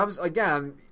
again